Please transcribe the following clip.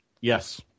Yes